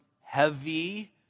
heavy